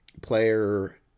player